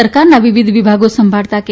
સરકારના વિવિધ વિભાગો સંભાળતા કે